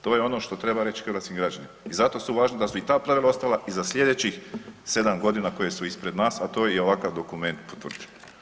To je ono što treba reći hrvatskim građanima i zato su važni da bi ta pravila ostala i za sljedećih 7 godina koje su ispred nas, a to i ovakav dokument potvrđuje.